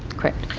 correct.